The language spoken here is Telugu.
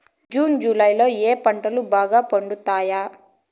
జూన్ జులై లో ఏ పంటలు బాగా పండుతాయా?